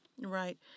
Right